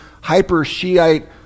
hyper-Shiite